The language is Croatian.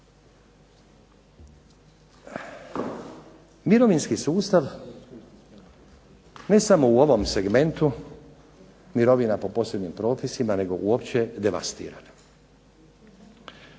Mirovinski sustav ne samo u ovom segmentu mirovina po posebnim propisima, nego uopće devastirana.